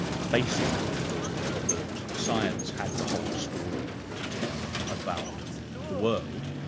basically thought that science had the whole story to tell about the world,